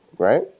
right